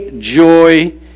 joy